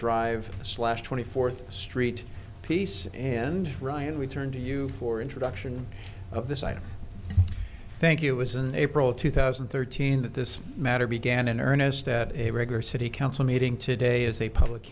drive slash twenty fourth street piece and ryan we turn to you for introduction of this item thank you was in april two thousand and thirteen that this matter began in earnest at a regular city council meeting today as a public